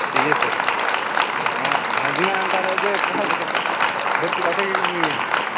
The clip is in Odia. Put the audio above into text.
ବିଜି ଅଛନ୍ତି କି ହଁ ଯିବାଁ ହେନ୍ତା ତାହାଲେ ଯେ ଘରେ ଟିକେ କଥା ହଉ ମୁଇଁ